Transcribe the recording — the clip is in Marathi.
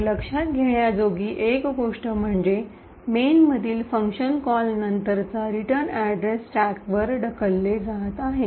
तर लक्षात घेण्याजोगी एक गोष्ट म्हणजे मेन मधील फंक्शन कॉल नंतरचा रिटर्न अड्रेस स्टॅकवर ढकलले जात आहे